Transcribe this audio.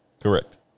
Correct